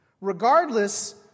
Regardless